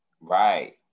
right